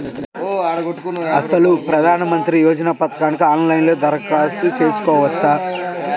అసలు ప్రధాన మంత్రి యోజన పథకానికి ఆన్లైన్లో దరఖాస్తు చేసుకోవచ్చా?